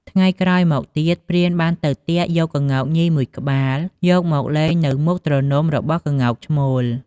ថ្ងៃក្រោយមកទៀតព្រានបានទៅទាក់យកក្ងោកញីមួយក្បាលយកមកលែងនៅមុខទ្រនំរបស់ក្ងោកឈ្មោល។